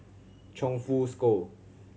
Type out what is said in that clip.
Chongfu School